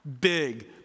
Big